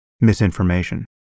misinformation